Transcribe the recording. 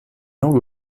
langue